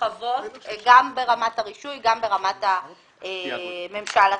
מורחבות גם ברמת הרישוי וגם ברמת הממשל התאגידי.